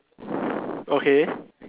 okay